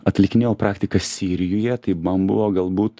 atlikinėjau praktiką sirijuje tai man buvo galbūt